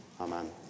Amen